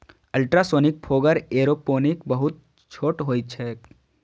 ultrasonic fogger aeroponic बहुत छोट होइत छैक